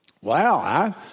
wow